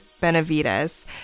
Benavides